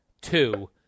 Two